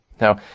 Now